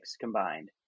combined